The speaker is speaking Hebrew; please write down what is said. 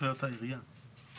לקופת העירייה.